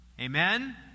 Amen